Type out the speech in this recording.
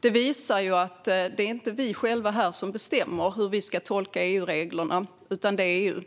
Detta visar att det inte är vi själva som bestämmer hur vi ska tolka EU-reglerna, utan det gör EU.